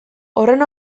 horren